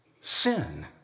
sin